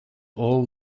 all